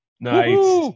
Nice